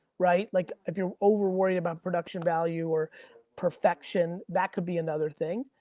right? like if you're over worried about production value or perfection, that could be another thing,